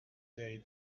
day